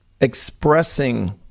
expressing